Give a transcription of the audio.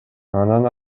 анан